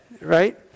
right